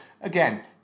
again